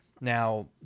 Now